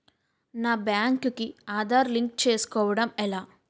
నా బ్యాంక్ కి ఆధార్ లింక్ చేసుకోవడం ఎలా?